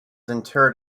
interred